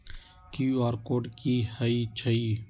QR code कि हई छई?